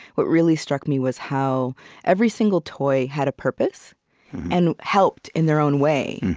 what really struck me was how every single toy had a purpose and helped in their own way,